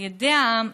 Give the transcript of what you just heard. על ידי העם,